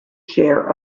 share